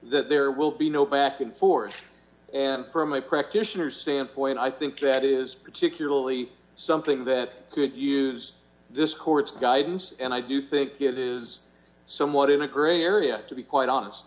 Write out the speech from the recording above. that there will be no back and forth and for my practitioner standpoint i think that is particularly something that could use this court's guidance and i do think it is somewhat in a gray area to be quite honest